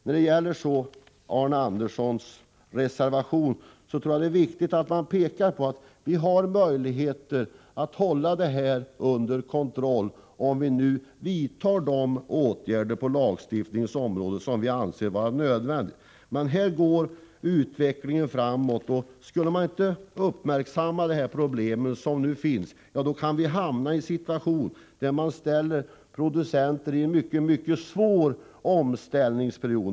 När det gäller Arne Anderssons i Ljung reservation tror jag att det är viktigt att man pekar på att vi har möjligheter att hålla dessa medel under kontroll om vi nu vidtar nödvändiga åtgärder på lagstiftningens område. Utvecklingen går emellertid framåt, och om vi inte uppmärksammar de problem som finns kan producenterna hamna i en mycket svår omställningssituation.